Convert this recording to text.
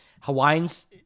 hawaiians